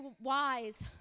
wise